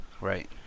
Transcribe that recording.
Right